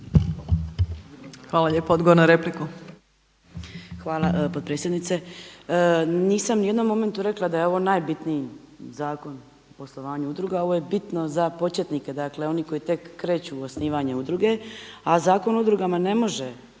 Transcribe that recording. Hvala vama. Odgovor na repliku.